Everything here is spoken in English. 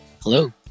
Hello